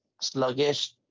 sluggish